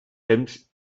temps